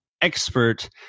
expert